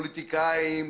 פוליטיקאים,